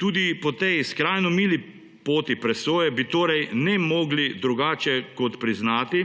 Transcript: Tudi po tej skrajno mili poti presoje bi torej ne mogli drugače kot priznati,